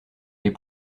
les